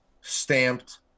stamped